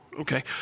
okay